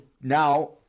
now